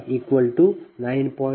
2 j2